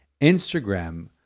Instagram